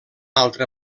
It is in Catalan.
altra